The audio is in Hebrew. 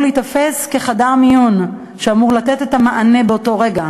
להיתפס כחדר מיון שאמור לתת את המענה באותו רגע,